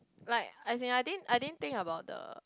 like as in I didn't I didn't think about the